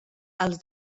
els